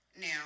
Now